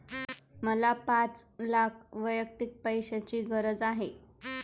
मला पाच लाख वैयक्तिक पैशाची गरज आहे